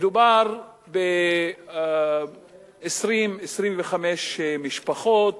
מדובר ב-20 25 משפחות